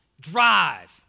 drive